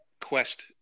quest